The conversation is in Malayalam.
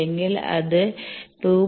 അല്ലെങ്കിൽ അത് 2